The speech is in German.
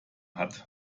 hat